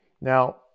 Now